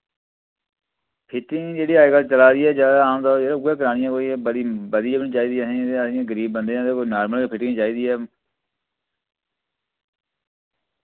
fitting जेह्ड़ी अज्जकल चला दी ऐ ज्यादा आमतौर जे उऐ करानी ऐ कोई बड़ी बधिया बी नेईं चाहिदी ऐ असें असें गरीब बंदे आं ते कोई नार्मल गै फिटिंग चाहिदी